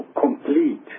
complete